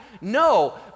No